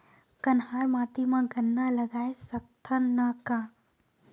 कन्हार माटी म गन्ना लगय सकथ न का?